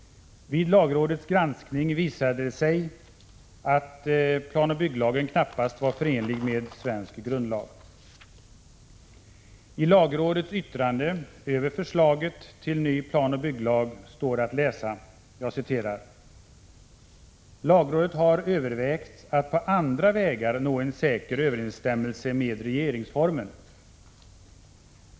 Vid lagrådets granskning visade det sig att planoch bygglagen knappast var förenlig med svensk grundlag. I lagrådets yttrande över förslaget till ny planoch bygglag står att läsa: ”Lagrådet har övervägt att på andra vägar nå en säker överensstämmelse med regeringsformen.